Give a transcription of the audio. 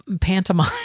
pantomime